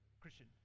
Christian